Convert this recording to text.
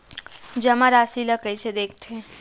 जमा राशि ला कइसे देखथे?